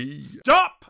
Stop